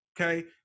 okay